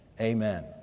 Amen